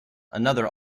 another